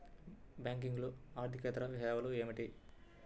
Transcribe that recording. బ్యాంకింగ్లో అర్దికేతర సేవలు ఏమిటీ?